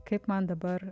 kaip man dabar